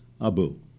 Abu